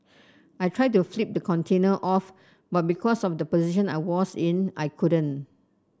I tried to flip the container off but because of the position I was in I couldn't